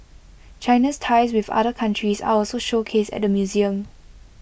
China's ties with other countries are also showcased at the museum